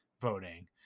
voting